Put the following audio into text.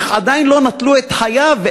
איך עדיין לא נטלו את חייו.